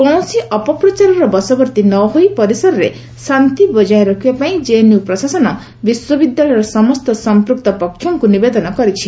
କୌଣସି ଅପପ୍ରଚାରର ବଶବର୍ତ୍ତୀ ନ ହୋଇ ପରିସରରେ ଶାନ୍ତି ବଜାୟ ରଖିବାପାଇଁ ଜେଏନ୍ୟୁ ପ୍ରଶାସନ ବିଶ୍ୱବିଦ୍ୟାଳୟର ସମସ୍ତ ସମ୍ପୁକ୍ତ ପକ୍ଷଙ୍କୁ ନିବେଦନ କରିଛି